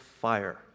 fire